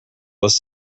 less